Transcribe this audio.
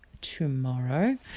tomorrow